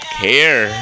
care